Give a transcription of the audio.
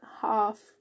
half